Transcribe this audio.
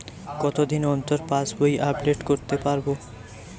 কতদিন অন্তর পাশবই আপডেট করতে পারব?